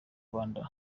rwanda